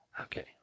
Okay